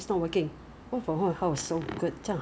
everyone no [what] no one likes no I think